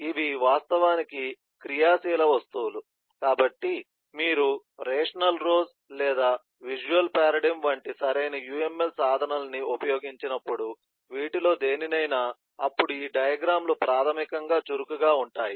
ఇవి వాస్తవానికి క్రియాశీల వస్తువులు కాబట్టి మీరు రేషనల్ రోజ్ లేదా విసువల్ పారాడిం వంటి సరైన UML సాధనాన్ని ఉపయోగించినప్పుడు వీటిలో దేనినైనా అప్పుడు ఈ డయాగ్రమ్ లు ప్రాథమికంగా చురుకుగా ఉంటాయి